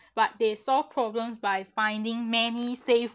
but they solve problems by finding many safe